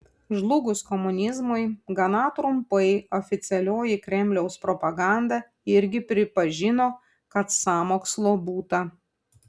žlugus komunizmui gana trumpai oficialioji kremliaus propaganda irgi pripažino kad sąmokslo būta